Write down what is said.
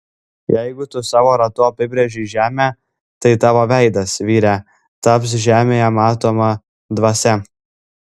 jeigu tu savo ratu apibrėžei žemę tai tavo veidas vyre taps žemėje matoma dvasia